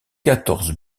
quatorze